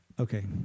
Okay